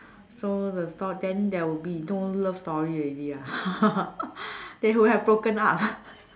so the sto~ then there will be no love story already ah they would have broken up